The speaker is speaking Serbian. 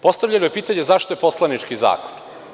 Postavljeno je pitanje – zašto je poslanički zakon?